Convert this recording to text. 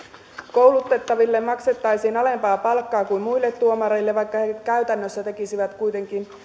koulutettaville maksettaisiin alempaa palkkaa kuin muille tuomareille vaikka he käytännössä tekisivät kuitenkin